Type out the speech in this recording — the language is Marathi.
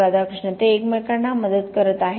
राधाकृष्ण ते एकमेकांना मदत करत आहेत